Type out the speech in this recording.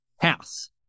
house